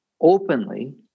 openly